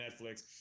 Netflix